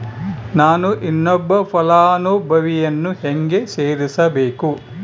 ನಾನು ಇನ್ನೊಬ್ಬ ಫಲಾನುಭವಿಯನ್ನು ಹೆಂಗ ಸೇರಿಸಬೇಕು?